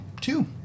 two